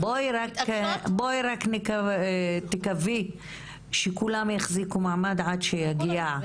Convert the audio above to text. בואי רק נקווה שכולם יחזיקו מעמד עד שתגיעה העת.